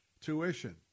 tuition